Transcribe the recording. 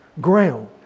ground